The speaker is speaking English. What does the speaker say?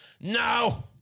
No